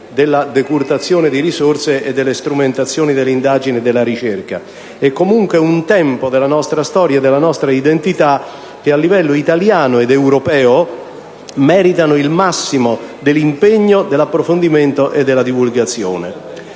della decurtazione di risorse e delle strumentazioni e delle indagini della ricerca. È comunque un tempo della nostra storia e della nostra identità che, a livello italiano ed europeo, merita il massimo dell'impegno, dell'approfondimento e della divulgazione.